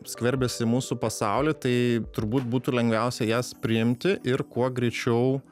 skverbiasi į mūsų pasaulį tai turbūt būtų lengviausia jas priimti ir kuo greičiau